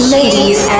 Ladies